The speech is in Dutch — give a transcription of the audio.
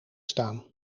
staan